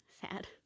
sad